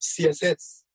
CSS